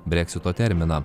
breksito terminą